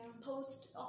post